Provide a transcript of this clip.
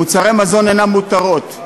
מוצרי מזון אינם מותרות,